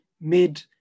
made